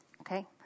Okay